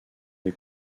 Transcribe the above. des